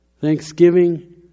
Thanksgiving